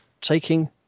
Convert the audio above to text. taking